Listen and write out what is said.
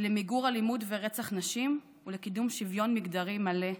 למיגור אלימות ורצח נשים ולקידום שוויון מגדרי מלא.